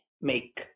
make